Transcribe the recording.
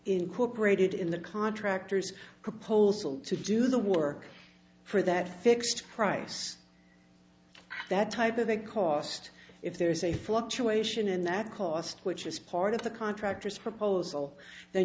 incorporated in the contractor's proposal to do the work for that fixed price that type of a cost if there is a fluctuation in that cost which is part of the contractor's proposal then